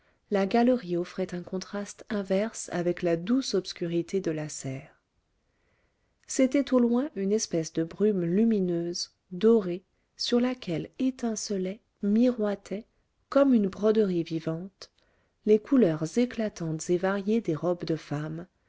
la galerie offrait un contraste inverse avec la douce obscurité de la serre c'était au loin une espèce de brume lumineuse dorée sur laquelle étincelaient miroitaient comme une broderie vivante les couleurs éclatantes et variées des robes de femmes